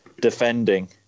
defending